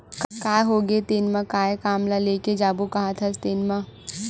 काय होगे तेमा काय काम ल लेके जाबो काहत हस तेंमा?